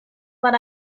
but